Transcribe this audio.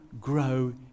grow